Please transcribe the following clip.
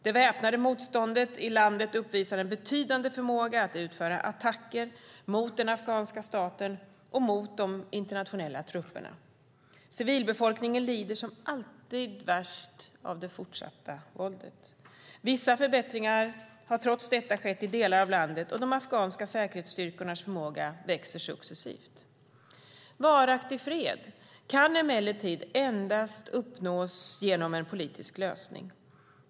Det väpnade motståndet i landet uppvisar en betydande förmåga att utföra attacker mot den afghanska staten och mot de internationella trupperna. Civilbefolkningen lider som alltid värst av det fortsatta våldet. Vissa förbättringar har trots detta skett i delar av landet, och de afghanska säkerhetsstyrkornas förmåga växer successivt. Varaktig fred kan emellertid endast uppnås genom en politisk lösning.